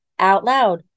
OUTLOUD